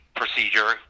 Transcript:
procedure